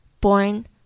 Born